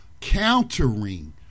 countering